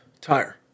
tire